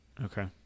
Okay